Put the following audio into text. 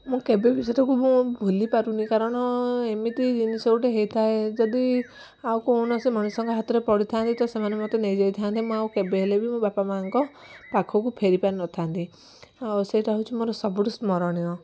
ମୁଁ କେବେ ବି ସେଟା ମୁଁ ଭୁଲିପାରୁନି କାରଣ ଏମିତି ଜିନିଷ ଗୋଟେ ହେଇଥାଏ ଯଦି ଆଉ କୌଣସି ମଣିଷଙ୍କ ହାତରେ ପଡ଼ିଥାନ୍ତି ତ ସେମାନେ ମୋତେ ନେଇଯାଇଥାନ୍ତେ ମୁଁ ଆଉ କେବେ ହେଲେ ମୋ ବାପା ମାଆଙ୍କ ପାଖକୁ ଫେରି ପାରିନଥାନ୍ତି ସେଇଟା ହେଉଛି ମୋର ସବୁଠୁ ସ୍ମରଣୀୟ